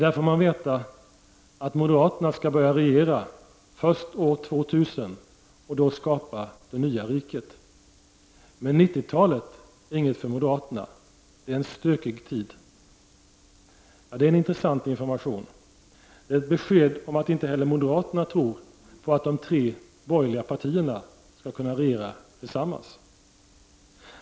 Där får man veta att moderaterna skall börja regera först år 2000 och då skapa det nya riket. Men 90-talet är inget för moderaterna. Det är en stökig tid. Det är en intressant information. Det är ett besked om att inte heller moderaterna tror på att de tre borgerliga partierna skall kunna regera tillsammans.